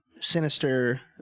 sinister